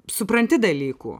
supranti dalykų